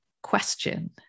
question